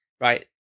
right